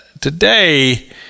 today